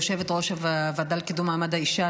יושבת-ראש הוועדה לקידום מעמד האישה.